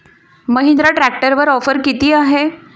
महिंद्रा ट्रॅक्टरवर ऑफर किती आहे?